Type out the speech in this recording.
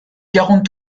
quarante